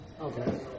Okay